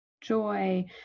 Joy